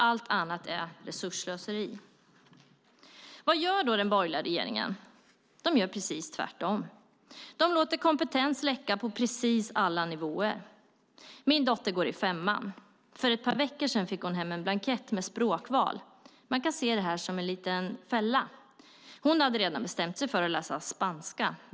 Allt annat är resursslöseri. Vad gör då den borgerliga regeringen? Den gör precis tvärtom. Den låter kompetens läcka på precis alla nivåer. Min dotter går i femman. För ett par veckor sedan fick hon hem en blankett med språkval. Man kan se det som en liten fälla. Hon hade redan bestämt sig för att läsa spanska.